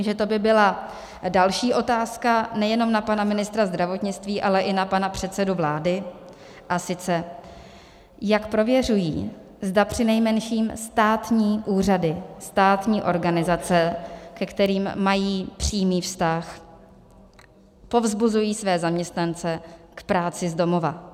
To by byla další otázka nejenom na pana ministra zdravotnictví, ale i na pana předsedu vlády, a sice jak prověřují, zda přinejmenším státní úřady, státní organizace, ke kterým mají přímý vztah, povzbuzují své zaměstnance k práci z domova.